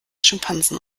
schimpansen